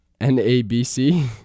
N-A-B-C